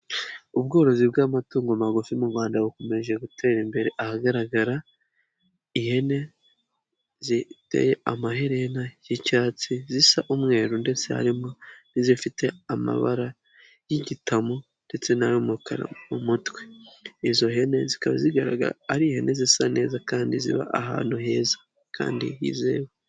Ubworozi bw'amatungo magufi mu Rwanda bukomeje gutera imbere, ahagaragara ihene ziteye amaherena y'icyatsi zisa umweru ndetse harimo n'izifite amabara y'igitamu ndetse n'umukara mu mutwe. Izo hene zikaba ari ihene zisa neza kandi ziba ahantu heza kandi hizewe.